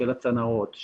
של הצנרות,